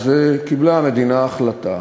קיבלה המדינה החלטה